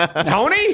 Tony